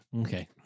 Okay